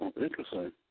interesting